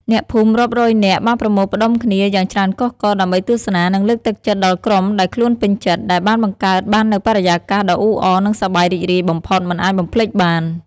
អ្នកភូមិរាប់រយនាក់បានប្រមូលផ្តុំគ្នាយ៉ាងច្រើនកុះករដើម្បីទស្សនា និងលើកទឹកចិត្តដល់ក្រុមដែលខ្លួនពេញចិត្ត ដែលបានបង្កើតបាននូវបរិយាកាសដ៏អ៊ូអរនិងសប្បាយរីករាយបំផុតមិនអាចបំភ្លេចបាន។